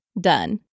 Done